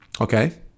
okay